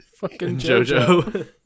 JoJo